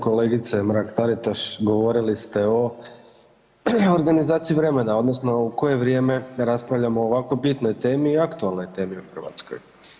Kolegice Mrak-Taritaš govorili ste o organizaciji vremena, odnosno u koje vrijeme raspravljamo o ovako bitnoj temi i aktualnoj temi u Hrvatskoj.